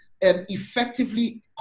effectively